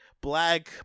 black